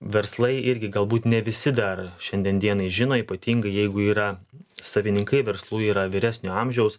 verslai irgi galbūt ne visi dar šiandien dienai žino ypatingai jeigu yra savininkai verslų yra vyresnio amžiaus